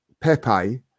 Pepe